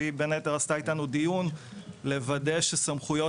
שהיא בין היתר עשתה איתנו דיון כדי לוודא שסמכויות